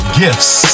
gifts